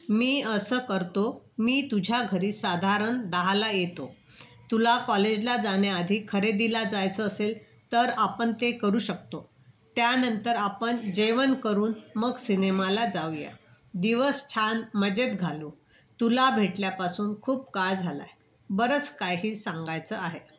मी असं करतो मी तुझ्या घरी साधारण दहाला येतो तुला कॉलेजला जाण्याआधी खरेदीला जायचं असेल तर आपण ते करू शकतो त्यानंतर आपण जेवण करून मग सिनेमाला जाऊया दिवस छान मजेत घालू तुला भेटल्यापासून खूप काळ झाला आहे बरंच काही सांगायचं आहे